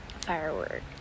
Firework